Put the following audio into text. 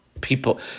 people